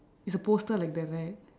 it's a poster like that right